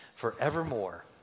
forevermore